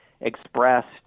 expressed